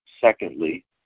secondly